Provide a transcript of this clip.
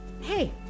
hey